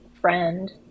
friend